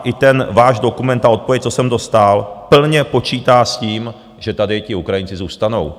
I ten váš dokument, ta odpověď, co jsem dostal, plně počítá s tím, že tady ti Ukrajinci zůstanou.